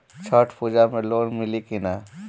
छठ पूजा मे लोन मिली की ना?